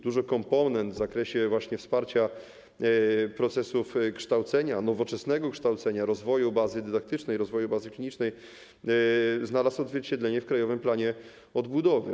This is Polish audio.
Duży komponent w zakresie wsparcia procesów kształcenia, nowoczesnego kształcenia, rozwoju bazy dydaktycznej, rozwoju bazy klinicznej znalazł odzwierciedlenie w Krajowym Planie Odbudowy.